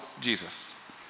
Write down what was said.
Jesus